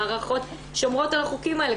המערכות שומרות על החוקים האלה,